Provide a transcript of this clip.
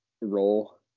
role